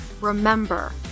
remember